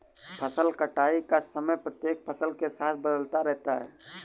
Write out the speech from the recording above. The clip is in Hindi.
फसल कटाई का समय प्रत्येक फसल के साथ बदलता रहता है